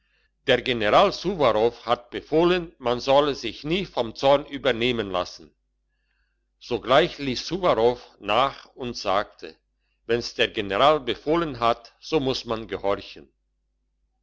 der general suwarow hat befohlen man solle sich nie vom zorn übernehmen lassen sogleich liess suwarow nach und sagte wenn's der general befohlen hat so muss man gehorchen